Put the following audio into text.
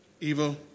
evil